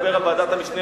אני מדבר על ועדת המשנה,